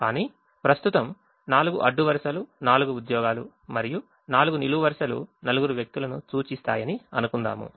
కానీ ప్రస్తుతం 4 అడ్డు వరుసలు నాలుగు ఉద్యోగాలు మరియు 4 నిలువు వరుసలు నలుగురు వ్యక్తులను సూచిస్తాయని అనుకుందాము